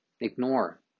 ignore